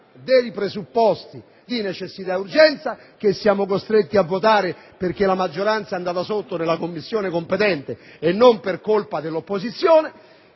dei presupposti di necessità e urgenza, che siamo costretti a votare perché la maggioranza è stata battuta nella Commissione competente e non per colpa dell'opposizione.